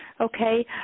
okay